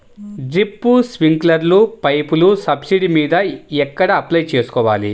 Drip, స్ప్రింకర్లు పైపులు subsidy మీద ఎక్కడ అప్లై చేసుకోవాలి?